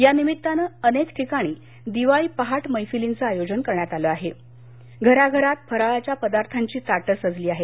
या निभित्ताने अनेक ठिकाणी दिवाळी पहाट मैफिलींचं आयोजन करण्यात आलं आहे घराघरात फाराळाच्या पदार्थांची ताटं सजली आहेत